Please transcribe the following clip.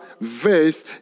verse